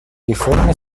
реформе